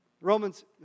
Romans